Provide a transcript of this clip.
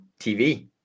TV